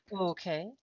okay